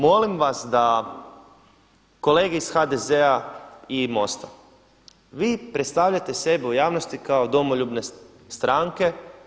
Molim vas da kolege iz HDZ-a i MOST-a vi predstavljate sebe u javnosti kao domoljubne stranke.